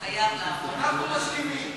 חייב, אנחנו מסכימים.